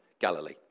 Galilee